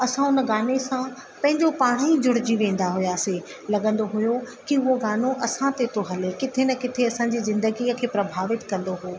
असां उन गाने सां पंहिंजो पाण ई जुड़जी वेंदा हुआसीं लॻंदो हुओ की उहो गानो असां ते थो हले किथे न किथे असांजी ज़िंदगीअ खे प्रभावित कंदो हुओ